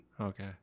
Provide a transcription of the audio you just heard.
Okay